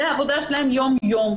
זו העבודה שלהם יום יום,